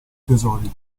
tesori